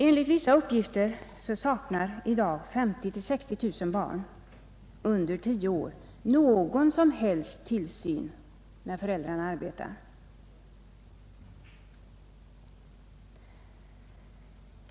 Enligt vissa uppgifter saknar i dag 50 000-60 000 barn under 10 år varje slag av tillsyn när föräldrarna arbetar.